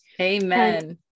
Amen